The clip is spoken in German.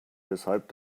weshalb